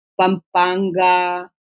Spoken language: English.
Pampanga